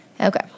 Okay